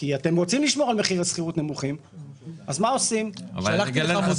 כי אתם רוצים לשמור על מחירי שכירות נמוכים --- אם מחירי